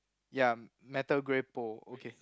ya metal grey pole okay